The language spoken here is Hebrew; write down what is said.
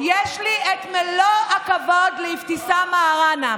יש לי מלוא הכבוד לאבתיסאם מראענה.